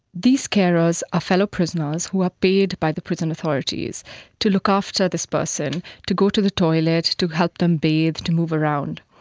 these carers are ah fellow prisoners who are paid by the prison authorities to look after this person, to go to the toilet, to help them bathe, to move around.